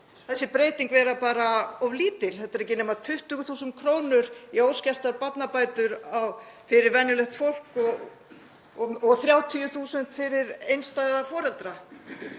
þessi breyting vera bara of lítil, þetta eru ekki nema 20.000 kr. í óskertar barnabætur fyrir venjulegt fólk og 30.000 fyrir einstæða foreldra.